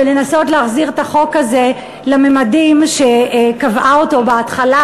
ולנסות להחזיר את החוק הזה לממדים שקבעה בהתחלה,